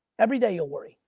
every day you'll worry.